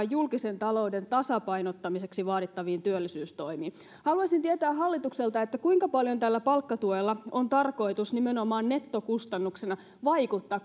julkisen talouden tasapainottamiseksi vaadittaviin työllisyystoimiin haluaisin tietää hallitukselta kuinka paljon tällä palkkatuella on tarkoitus nimenomaan nettokustannuksena vaikuttaa